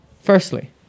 Firstly